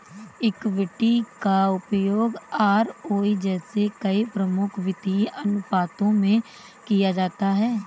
equity का उपयोग ROE जैसे कई प्रमुख वित्तीय अनुपातों में किया जाता है